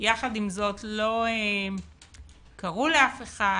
יחד עם זאת לא קראו לאף אחד,